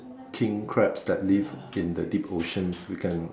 King crabs that live in the deep oceans we can